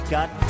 Got